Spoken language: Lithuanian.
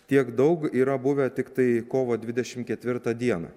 tiek daug yra buvę tiktai kovo dvidešimt ketvirtą dieną